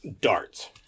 Darts